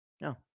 no